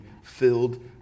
filled